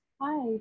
hi